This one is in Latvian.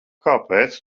kāpēc